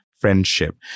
friendship